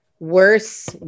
worse